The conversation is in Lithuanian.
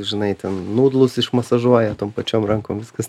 žinai ten nūdlus išmasažuoja tom pačiom rankom viskas